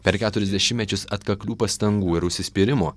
per keturis dešimtmečius atkaklių pastangų ir užsispyrimo